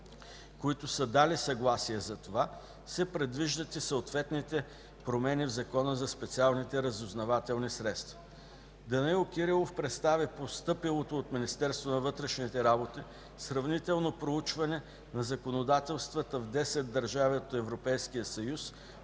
които са дали съгласие за това, се предвиждат и съответните промени в Закона за специалните разузнавателни средства. Господин Данаил Кирилов представи постъпилото от Министерството на вътрешните работи сравнително проучване на законодателствата в десет държави от Европейския съюз